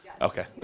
Okay